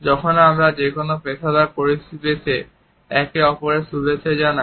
যখন আমরা যে কোনও পেশাদার পরিবেশে একে অপরকে শুভেচ্ছা জানাই